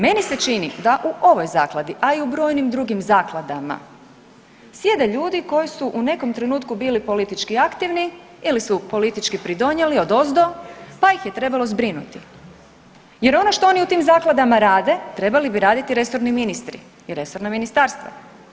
Meni se čini da u ovoj zakladi, a i u brojnim drugim zakladama sjede ljudi koji su u nekom trenutku bili politički aktivni ili su politički pridonijeli odozdo pa ih je trebalo zbrinuti jer ono što oni u tim zakladama rade trebali bi raditi resorni ministri i resorna ministarstva.